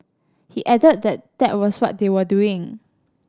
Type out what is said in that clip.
he added that that was what they were doing